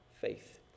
faith